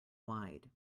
wide